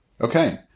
Okay